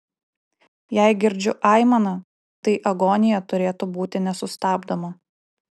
jei girdžiu aimaną tai agonija turėtų būti nesustabdoma